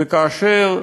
וכאשר